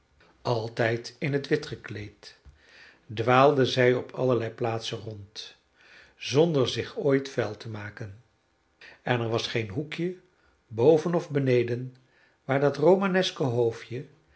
altijd in het wit gekleed dwaalde zij op allerlei plaatsen rond zonder zich ooit vuil te maken en er was geen hoekje boven of beneden waar dat romaneske hoofdje